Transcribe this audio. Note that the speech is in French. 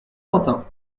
quentin